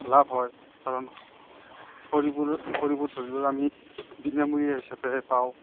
লাভ হয় কাৰণ খৰিবোৰ ধৰি লওক আমি বিনামূলীয়া হিচাপে পাওঁ